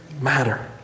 matter